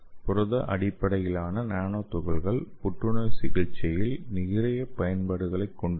புரத அடிப்படையிலான நானோ துகள்கள் புற்றுநோய் சிகிச்சையில் நிறைய பயன்பாடுகளைக் கொண்டுள்ளன